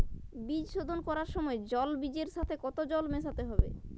বীজ শোধন করার সময় জল বীজের সাথে কতো জল মেশাতে হবে?